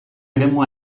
eremu